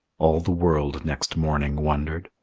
all the world next morning wondered.